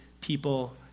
people